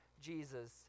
jesus